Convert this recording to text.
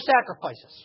sacrifices